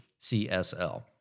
CSL